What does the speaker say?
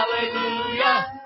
Hallelujah